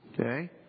okay